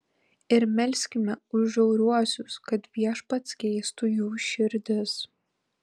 ir melskime už žiauriuosius kad viešpats keistų jų širdis